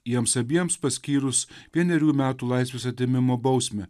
jiems abiems paskyrus vienerių metų laisvės atėmimo bausmę